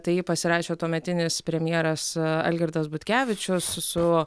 tai jį pasirašė tuometinis premjeras algirdas butkevičius su